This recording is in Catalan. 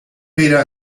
pere